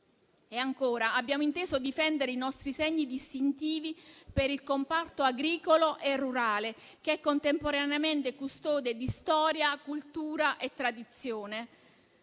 abbiamo inteso difendere i nostri segni distintivi per il comparto agricolo e rurale, che è contemporaneamente custode di storia, cultura e tradizione.